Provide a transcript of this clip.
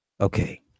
Okay